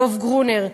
דב גרונר,